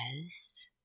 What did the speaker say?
Yes